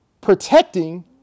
protecting